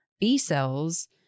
B-cells